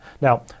Now